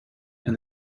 and